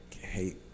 hate